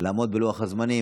לעמוד בלוח הזמנים.